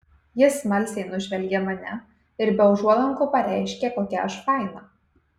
jis smalsiai nužvelgė mane ir be užuolankų pareiškė kokia aš faina